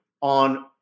on